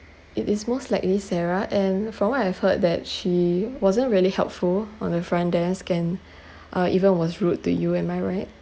it is most likely sarah and from what I've heard that she wasn't really helpful on the front desk and uh even was rude to you am I right